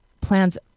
plans